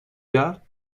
کرد